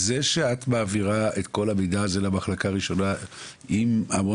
זה שאת מעבירה את כל המידע הזה למחלקה ראשונה עם ה-one